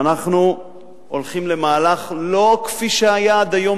ואנחנו הולכים למהלך לא כפי שהיה עד היום,